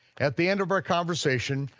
at the end of our conversation,